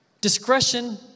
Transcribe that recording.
Discretion